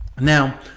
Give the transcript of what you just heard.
Now